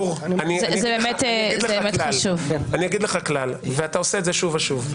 גור, אני אגיד לך כלל ואתה עושה את זה שוב ושוב.